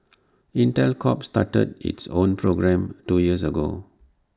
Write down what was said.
Intel Corp started its own program two years ago